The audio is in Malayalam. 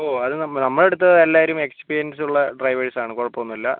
ഓ അത് നം നമ്മുടെയടുത്ത് എല്ലാവരും എക്സ്പീരിയൻസ് ഉള്ള ഡ്രൈവേഴ്സ് ആണ് കുഴപ്പമൊന്നുമില്ല